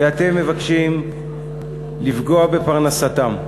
ואתם מבקשים לפגוע בפרנסתם.